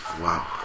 Wow